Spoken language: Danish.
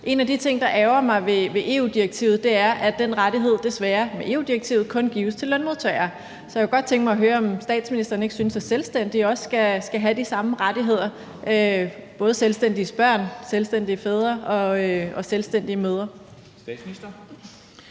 En af de ting, der ærgrer mig ved EU-direktivet, er, at den rettighed desværre med EU-direktivet kun gives til lønmodtagere. Så jeg kunne godt tænke mig at høre, om statsministeren ikke synes, at selvstændige også skal have de samme rettigheder, altså både selvstændiges børn, selvstændige fædre og selvstændige mødre.